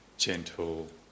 gentle